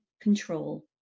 control